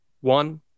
one